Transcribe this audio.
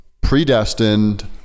predestined